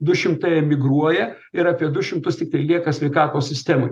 du šimtai emigruoja ir apie du šimtus tiktai lieka sveikatos sistemoj